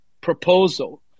proposal